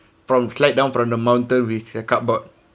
from slide down from the mountain with a cardboard